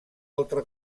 altre